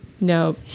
no